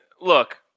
look